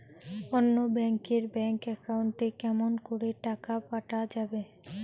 অন্য ব্যাংক এর bank account এ কেমন করে টাকা পাঠা যাবে?